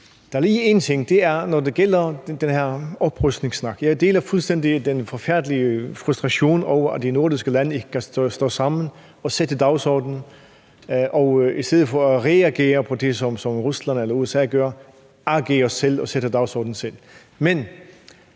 vil jeg sige, at jeg fuldstændig deler den forfærdelige frustration over, at de nordiske lande ikke kan stå sammen og sætte dagsordenen og i stedet for at reagere på det, som Rusland eller USA gør, agerer selv og sætter dagsordenen selv.